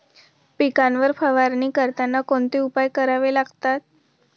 पिकांवर फवारणी करताना कोणते उपाय करावे लागतात?